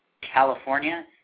California